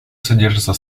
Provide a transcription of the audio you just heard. содержится